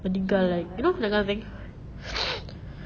meninggal like you know that kind of thing